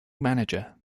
manager